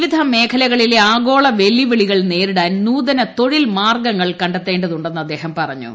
വിവിധ മേഖലകളിലെ ആഗോള വെല്ലുവിളികൾ നേരിടാൻ നൂതന തൊഴിൽ മാർഗ്ഗങ്ങൾ കണ്ടെത്തേണ്ടതുണ്ടെന്ന് അദ്ദേഹം പറഞ്ഞു